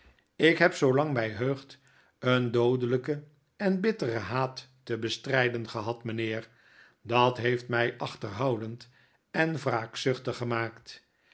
lk heb zoolang mij heugt een doodelijken en bitteren haat te bestrijden gehad mijnheer dat heeft mij achterhoudend en wraakzuchtig gemaakt